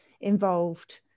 involved